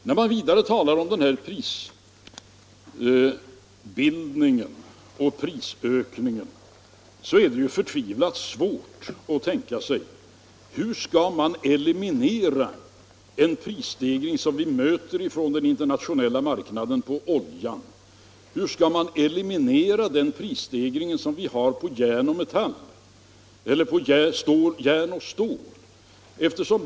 När man i vår egen svenska debatt talar om prisbildningen och prisökningen är det förtvivlat svårt att tänka sig hur man skall kunna eliminera den prisstegring från den internationella marknaden som vi möter på oljan. Hur skall man kunna eliminera prisstegringen på järn och stål?